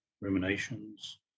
ruminations